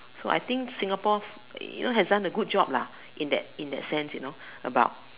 so I think Singapore you know have done a good job lah in that in that sense you know about